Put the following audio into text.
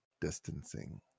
distancing